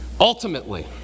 Ultimately